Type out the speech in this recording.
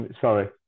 Sorry